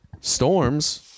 storms